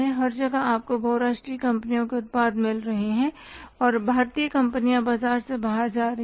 हर जगह आपको बहु राष्ट्रीय कंपनियों के उत्पाद मिल रहे हैं और भारतीय कंपनियां बाजार से बाहर जा रही हैं